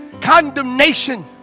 condemnation